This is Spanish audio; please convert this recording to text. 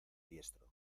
diestro